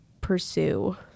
pursue